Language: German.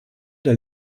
der